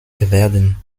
werden